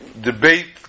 debate